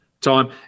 time